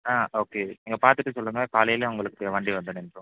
ஆ okay நீங்கள் பார்த்துட்டு சொல்லுங்கள் காலையில் உங்களுக்கு வண்டி வந்து நின்றும்